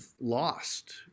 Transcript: lost